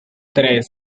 tres